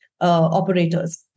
operators